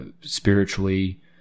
spiritually